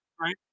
right